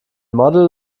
model